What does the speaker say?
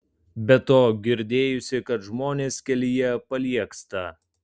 be to girdėjusi kad žmonės kelyje paliegsta